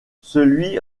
celui